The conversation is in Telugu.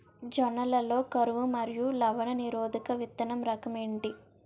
జొన్న లలో కరువు మరియు లవణ నిరోధక విత్తన రకం ఏంటి?